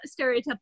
stereotypical